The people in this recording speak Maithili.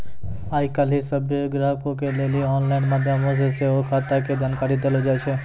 आइ काल्हि सभ्भे ग्राहको के लेली आनलाइन माध्यमो से सेहो खाता के जानकारी देलो जाय छै